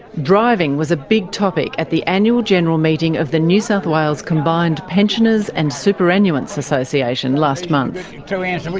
driving was a big topic at the annual general meeting of the new south wales combined pensioners and superannuants' association last month. so and and how